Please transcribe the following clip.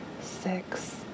six